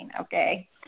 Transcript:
okay